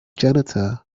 janitor